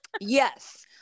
Yes